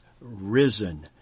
risen